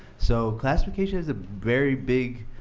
so classification is a very big